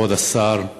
כבוד השר,